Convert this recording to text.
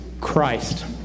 Christ